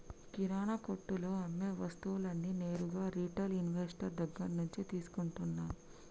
కిరణా కొట్టులో అమ్మే వస్తువులన్నీ నేరుగా రిటైల్ ఇన్వెస్టర్ దగ్గర్నుంచే తీసుకుంటన్నం